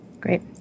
Great